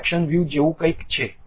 section view જેવું કંઈક છે